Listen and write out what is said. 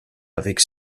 avec